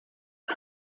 شاد